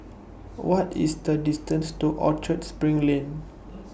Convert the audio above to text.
What IS The distance to Orchard SPRING Lane